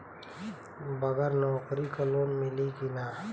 बगर नौकरी क लोन मिली कि ना?